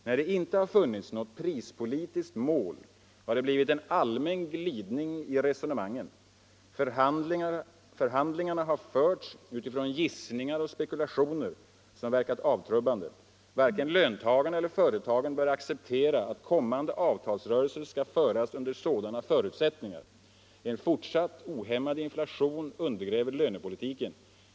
När det inte har funnits något prispolitiskt mål har det blivit en allmän glidning i resonemangen. Förhandlingarna har förts utifrån gissningar och spekulationer, som verkat avtrubbande. Varken löntagarna eller företagen bör acceptera att kommande avtalsrörelser skall föras under sådana förutsättningar. En fortsatt ohämmad inflation undergräver lönepolitiken.